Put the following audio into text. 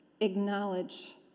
Acknowledge